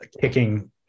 kicking